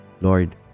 Lord